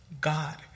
God